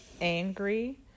angry